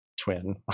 twin